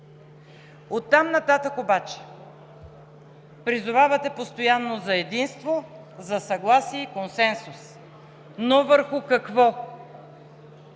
Оттам нататък обаче призовавате постоянно за единство, за съгласие и консенсус, но върху какво?